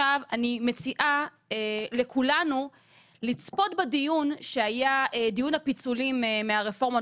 אני מציעה לכולנו לצפות בדיון הפיצולים מרפורמת